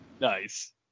Nice